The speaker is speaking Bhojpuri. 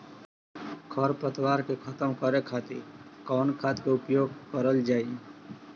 खर पतवार के खतम करे खातिर कवन खाद के उपयोग करल जाई?